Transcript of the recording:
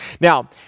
Now